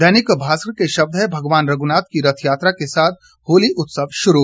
दैनिक भास्कर के शब्द हैं भगवान रघुनाथ की रथयात्रा के साथ होली उत्सव शुरू